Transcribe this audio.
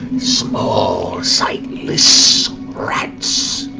small, sightless rats.